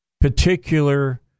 particular